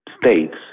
states